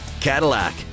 Cadillac